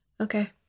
Okay